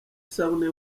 isabune